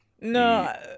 No